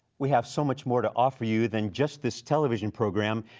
we have so much more to offer you than just this television program.